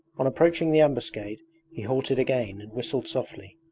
on approaching the ambuscade he halted again and whistled softly.